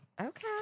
Okay